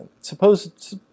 suppose